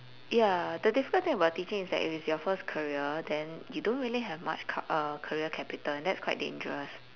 ya the difficult thing about teaching is that if it is your first career then you don't really have much ca~ uh career capital and that's quite dangerous